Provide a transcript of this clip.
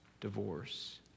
divorce